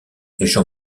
jean